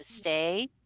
stay